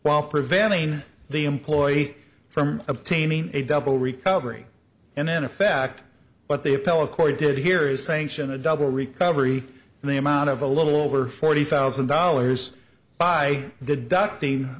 while preventing the employee from obtaining a double recovery and in effect what the appellate court did here is sanction a double recovery in the amount of a little over forty thousand dollars by deducting